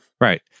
Right